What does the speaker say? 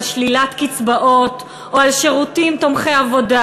שלילת קצבאות או על שירותים תומכי עבודה.